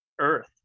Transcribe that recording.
Earth